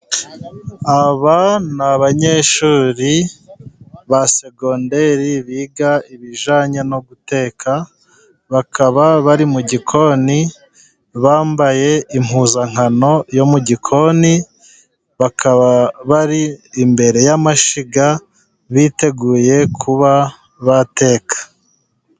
Aba ni abanyeshuri ba segonderi biga ibijyanye no guteka, bakaba bari mu gikoni bambaye impuzankano yo mu gikoni, bakaba bari imbere y'amashyiga biteguye kuba bateka.